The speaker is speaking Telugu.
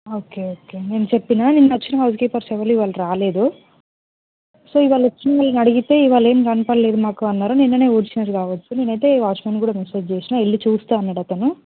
ఓకే ఓకే నేను చెప్పినా నిన్న వచ్చిన వాళ్ళు స్లీపర్స్ ఎవరు ఇవాళ రాలేదు సో ఇవాళ వచ్చి నేను అడిగితే ఇవాళ ఏం కనపడలేదు మాకు అన్నారు నిన్ననే ఊడ్చినారు కావచ్చు నేను అయితే వాచ్మెన్కి కూడా మెసేజ్ చేసినా వెళ్ళి చూస్తాను అన్నాడు అతను